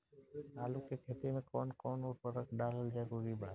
आलू के खेती मे कौन कौन उर्वरक डालल जरूरी बा?